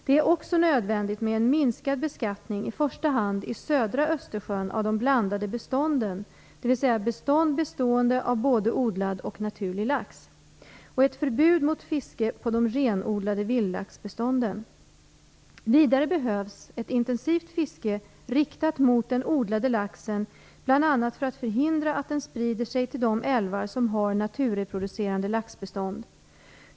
Det är också nödvändigt med en minskad beskattning i första hand i södra Östersjön av de blandade bestånden, dvs. bestånd bestående av både odlad och naturlig lax, och ett förbud mot fiske på de renodlade vildlaxbestånden. Vidare behövs ett intensivt fiske riktat mot den odlade laxen bl.a. för att förhindra att den sprider sig till de älvar som har naturreproducerande laxbestånd.